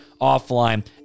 offline